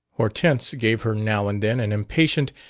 hortense gave her now and then an impatient,